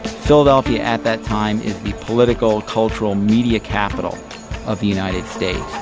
philadelphia at that time is the political, cultural media capital of the united states.